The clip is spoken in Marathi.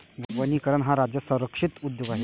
वनीकरण हा राज्य संरक्षित उद्योग आहे